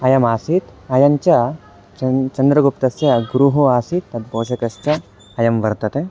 अयमासीत् अयं च चन्द्रः चन्द्रगुप्तस्य गुरुः आसीत् तद् पोषकश्च अयं वर्तते